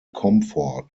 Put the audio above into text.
comfort